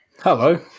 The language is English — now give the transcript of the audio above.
Hello